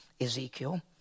Ezekiel